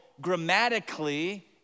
grammatically